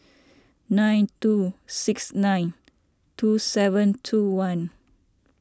nine two six nine two seven two one